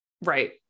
Right